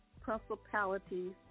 principalities